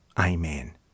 Amen